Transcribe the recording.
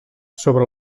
sobre